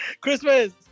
Christmas